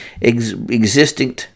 existing